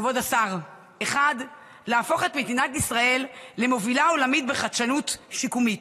כבוד השר: 1. להפוך את מדינת ישראל למובילה עולמית בחדשנות שיקומית.